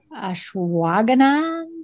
ashwagandha